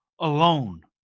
alone